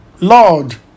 Lord